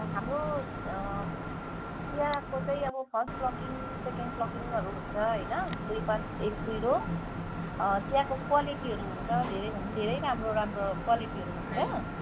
हाम्रो चियाको चाहिँ अब फर्स्ट प्लकिङ सेकेन्ड प्लकिङहरू हुन्छ हैन दुई पात एक सुइरो चियाको क्वालिटीहरू हुन्छ धेरैभन्दा धेरै राम्रो राम्रो क्वालिटीहरू हुन्छ